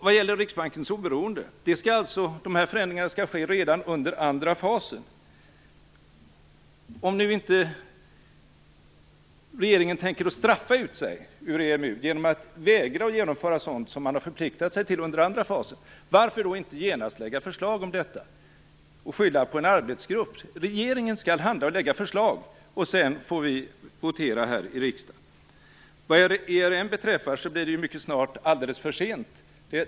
Vad gäller Riksbankens oberoende skall dessa förändringar ske redan under andra fasen. Om nu inte regeringen tänker straffa ut sig ur EMU genom att vägra genomföra sådant som man har förpliktat sig till under andra fasen, varför då inte genast lägga förslag om detta och skylla på en arbetsgrupp? Regeringen skall handla och lägga fram förslag. Sedan får vi votera här i riksdagen. Vad ERM beträffar blir det ju mycket snart alldeles för sent.